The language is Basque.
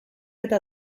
eta